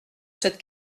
cette